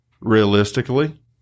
Realistically